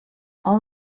all